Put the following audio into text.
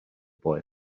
boy